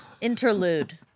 Interlude